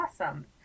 awesome